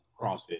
crossfit